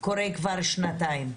קורה כבר שנתיים.